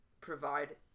provide